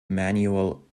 manuel